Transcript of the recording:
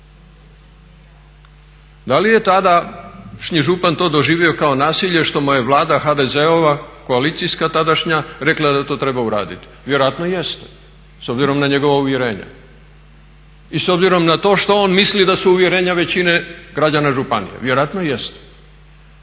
Da li je tadašnji župan to doživio kao nasilje što mu je Vlada HDZ-a koalicijska tadašnja rekla da to treba uraditi? Vjerojatno jeste, s obzirom na njegova uvjerenja. I s obzirom na to što on misli da su uvjerenja većine građana županije. Vjerojatno jeste.